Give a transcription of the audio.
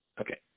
Okay